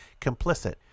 complicit